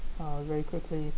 uh very quickly